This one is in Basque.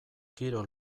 kirol